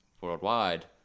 worldwide